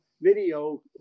video